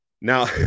Now